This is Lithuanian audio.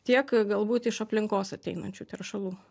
tiek galbūt iš aplinkos ateinančių teršalų